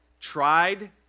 tried